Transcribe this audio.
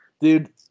Dude